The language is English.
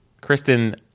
kristen